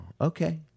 okay